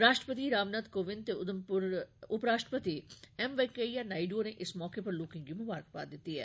राष्ट्रपति रामनाथ कोविन्द ते उपराष्ट्रपति एम वैंकईयां नायडू होरें इस मौके पर लोकें गी मुबारकबाद दित्ती ऐ